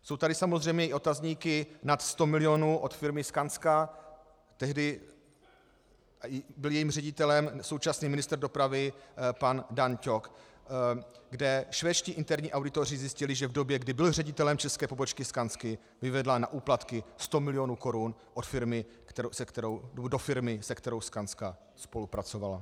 Jsou tady samozřejmě i otazníky nad sto miliony od firmy Skanska, tehdy byl jejím ředitelem současný ministr dopravy pan Dan Ťok, kde švédští interní auditoři zjistili, že v době, kdy byl ředitelem české pobočky Skansky, vyvedla na úplatky sto milionů korun do firmy, se kterou Skanska spolupracovala.